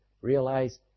realize